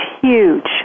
huge